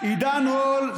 עידן רול,